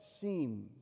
seem